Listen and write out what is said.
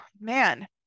man